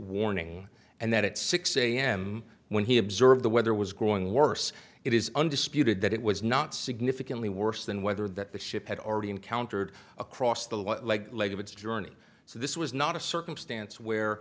warning and that at six am when he observed the weather was growing worse it is undisputed that it was not significantly worse than weather that the ship had already encountered across the like leg of its journey so this was not a circumstance where